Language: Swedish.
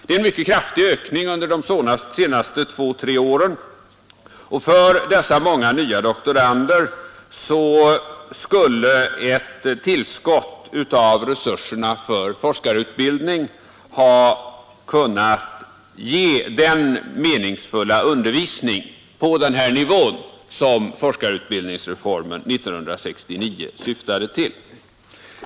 Det är en mycket kraftig ökning under de senaste två tre åren, och för dessa många nya doktorander skulle ett tillskott till resurserna för forskarutbildningen ha kunnat ge den meningsfulla undervisning på den här nivån som forskarutbildningsreformen 1969 syftade till.